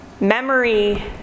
memory